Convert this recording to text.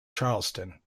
charlestown